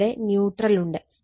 ഇവിടെ ന്യൂട്രൽ ഉണ്ട്